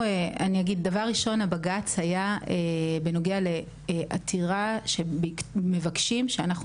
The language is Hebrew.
דבר ראשון הבג"ץ היה בנוגע לעתירה שמבקשים שאנחנו